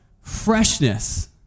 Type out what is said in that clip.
freshness